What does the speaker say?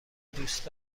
دوست